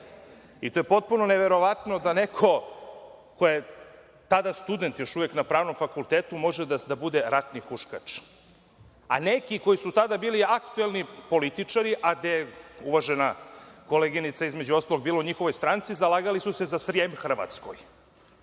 I to je potpuno neverovatno da neko ko je tada student još uvek na Pravnom fakultetu može da bude ratni huškač. A neki koji su tada bili aktuelni političari, a gde je uvažena koleginica bila u njihovoj stranci, zalagali su se za Srijem Hrvatskoj.